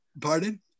pardon